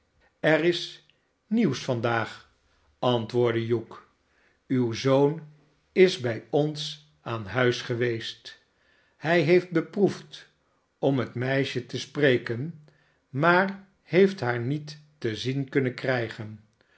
gemak is nieuws vandaag antwoordde hugh uw zoon is bij ons aan huis geweest hij heeft beproefd om het meisje te spreken maar heeft haar niet te zien kunnen krijgen